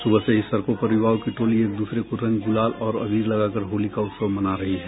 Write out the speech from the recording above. सुबह से ही सड़कों पर युवाओं की टोली एक दूसरे को रंग गुलाल और अबीर लगाकर होली का उत्सव मना रही है